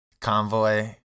Convoy